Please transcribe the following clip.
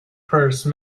purse